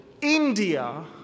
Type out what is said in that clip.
India